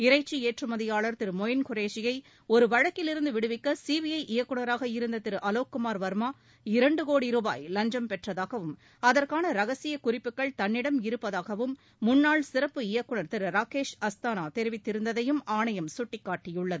இறைச்சி ஏற்றுமதியாளர் திரு மொய்ன் குரேஷியை ஒரு வழக்கிலிருந்து விடுவிக்க சிபிஐ இயக்குநராக இருந்த திரு அலோக்குமார் வர்மா இரண்டு கோடி ரூபாய் பெற்றதாகவும் அதற்கான ரகசிய குறிப்புகள் தன்னிடம் இருப்பதாகவும் முன்னாள் சிறப்பு இயக்குநர் திரு ராகேஷ் அஸ்தானா தெரிவித்திருந்ததையும் ஆணையம் சுட்டிக்காட்டியுள்ளது